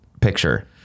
picture